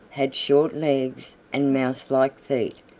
had short legs and mouselike feet.